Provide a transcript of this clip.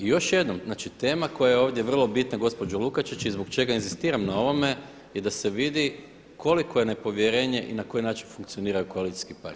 I još jednom, znači tema koja je ovdje vrlo bitna gospođo Lukačić i zbog čega inzistiram na ovome je da se vidi koliko je nepovjerenje i na koji način funkcionira koalicijski partner.